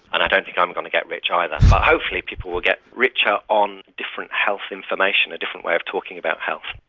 and i don't think i'm going to get rich either. but so hopefully people will get richer on different health information, a different way of talking about health.